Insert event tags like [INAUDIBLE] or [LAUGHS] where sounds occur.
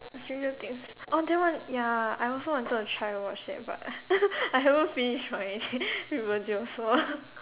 stranger things oh that one ya I also wanted to try to watch that but [LAUGHS] I haven't finish my [LAUGHS] Riverdale so [LAUGHS]